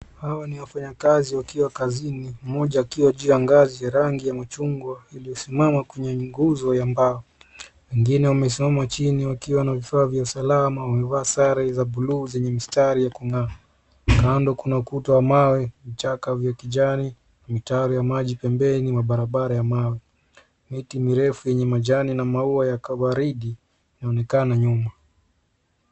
Hawa ni wafanyakazi wakiwa kazini, mmoja akiwa juu ya ngazi ya rangi ya machungwa iliyo simama kwenye minguzo ya mbao. Wengine wamesimama chini wakiwa na vifaa vya usalama, wamevaa sare za bluu zenye mistari ya kung'aa. Kando kuna ukuta wa mawe, mchaka vya kijani mitiari ya maji pembeni mwenye barabara ya mawe, miti mirefu yenye majani na maua ya kawaridi yanaonekana nyuma.